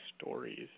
stories